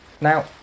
Now